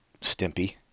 Stimpy